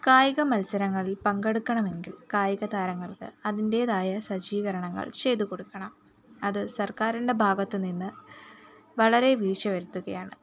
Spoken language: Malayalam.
കായിക മത്സരങ്ങളിൽ പങ്കെടുക്കണമെങ്കിൽ കായിക താരങ്ങൾക്ക് അതിൻറേതായ സജ്ജീകരണങ്ങൾ ചെയ്ത് കൊടുക്കണം അത് സർക്കാരിൻ്റെ ഭാഗത്ത് നിന്ന് വളരെ വീഴ്ച വരുത്തുകയാണ്